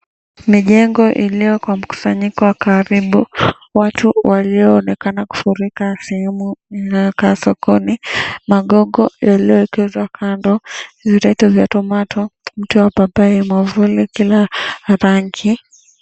Mijengo iliyo kwa mkusanyika wa karibu, watu walionekana kufurika sehemu inayokaa sokoni, magongo yaliyoekezwa kando, vireti za tomato mti wa papai mwavuli kila rangi.